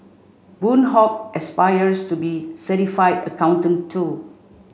Boon Hock aspires to be certified accountant too